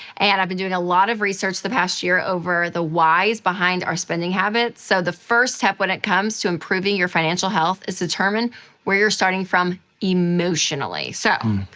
and i've been doing a lot of research the past year over the whys behind our spending habits. so, the first step, when it comes to improving your financial health, is to determine where you're starting from emotionally. so,